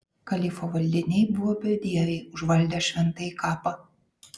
kalifo valdiniai buvo bedieviai užvaldę šventąjį kapą